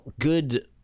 good